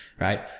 right